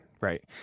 Right